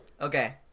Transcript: okay